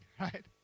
Right